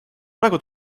praegu